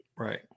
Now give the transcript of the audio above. Right